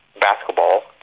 basketball